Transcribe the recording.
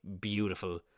beautiful